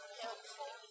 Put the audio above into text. Helpful